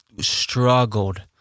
struggled